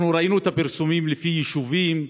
אנחנו ראינו את הפרסומים לפי יישובים,